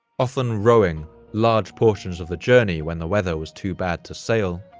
often rowing large portions of the journey when the weather was too bad to sail.